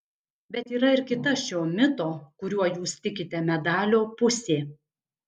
bet yra ir kita šio mito kuriuo jūs tikite medalio pusė